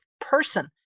person